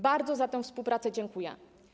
Bardzo za tę współpracę dziękuję.